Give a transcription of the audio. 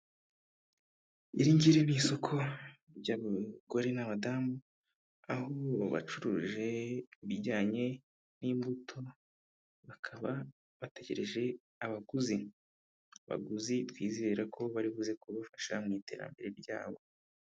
Iringiri ni isoko ry'abagore n'abadamu aho bacuruje ibijyanye n'imbuto bakaba bategereje abaguzi, abaguzi twizere ko baribuze kubafasha mu iterambere ryabo.